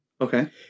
Okay